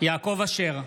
יעקב אשר,